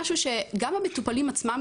גם המטופלים עצמם,